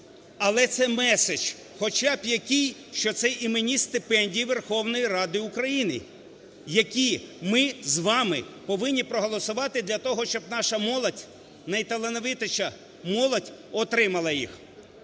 Але це месседж хоча б якийсь, що це іменні стипендії Верховної Ради України, які ми з вами повинні проголосувати для того, щоб наша молодь, найталановитіша молодь, отримала їх.